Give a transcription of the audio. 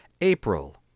April